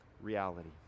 reality